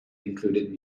included